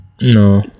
no